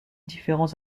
différents